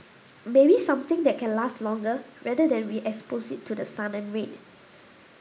maybe something that can last longer rather than we expose it to the sun and rain